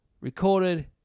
recorded